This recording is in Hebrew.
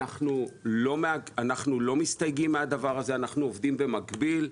ואנחנו לא מסתייגים מהדבר הזה ועובדים במקביל.